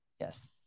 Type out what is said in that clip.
Yes